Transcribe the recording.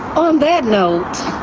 on that note,